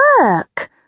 work